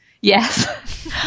Yes